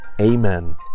Amen